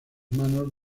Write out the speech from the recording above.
manos